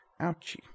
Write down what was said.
Ouchie